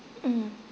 mm